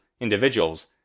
individuals